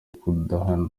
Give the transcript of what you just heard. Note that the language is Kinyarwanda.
kudahana